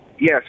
Yes